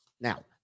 Now